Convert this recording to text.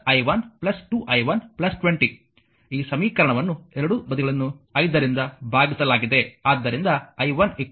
ಆದ್ದರಿಂದ ಅದು 2 i 1 2i 1 20 ಈ ಸಮೀಕರಣವನ್ನು ಎರಡೂ ಬದಿಗಳನ್ನು 5 ರಿಂದ ಭಾಗಿಸಲಾಗಿದೆ